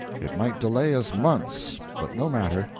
it might delay us months, but no matter,